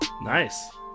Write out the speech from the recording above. Nice